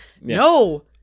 No